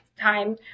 time